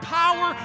power